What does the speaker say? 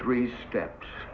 three steps